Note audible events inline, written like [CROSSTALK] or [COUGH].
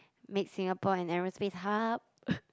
make Singapore an aerospace hub [BREATH]